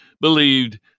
believed